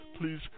Please